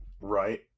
Right